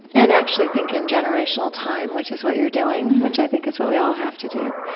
and actually think in generational time, which is what you're doing which i think is what we all have to do.